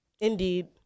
Indeed